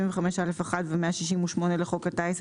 75(א)(1) ו- 168 לחוק הטיס,